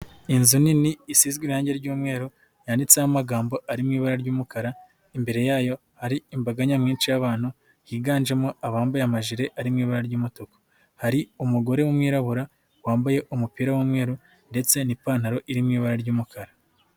Into zu nini isizwe irangi ry'umweru yanditseho amagambo ari mu ibara ry'umukara imbere yayo hari imbaga nyamwinshi y'abantu higanjemo abambaye amajire arimo ibara ry'umutuku. Hari umugore w'umwirabura wambaye umupira w'umweru ndetse n'ipantaro iri mu ibara ry'umukara.